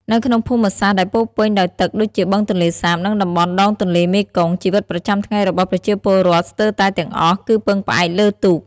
នៅក្នុងភូមិសាស្រ្តដែលពោរពេញដោយទឹកដូចជាបឹងទន្លេសាប និងតំបន់ដងទន្លេមេគង្គ ជីវិតប្រចាំថ្ងៃរបស់ប្រជាពលរដ្ឋស្ទើរតែទាំងអស់គឺពឹងផ្អែកលើទូក។